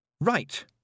Right